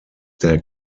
der